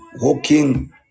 walking